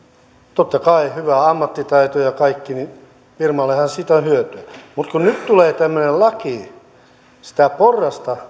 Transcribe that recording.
totta kai hyvä ammattitaito ja kaikki firmallehan siitä on hyötyä mutta kun nyt tulee tämmöinen laki nostatetaan pikkuisen sitä porrasta